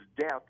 death